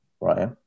right